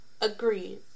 agreed